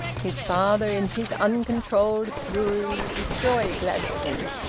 his father in his uncontrolled fury would destroy gladstone.